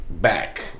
Back